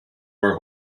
are